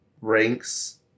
ranks